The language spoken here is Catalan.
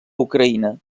ucraïna